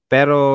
Pero